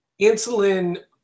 insulin